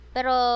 Pero